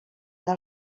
del